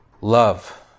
Love